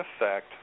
effect